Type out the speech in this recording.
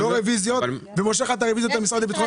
הרביזיה של משרד התיירות,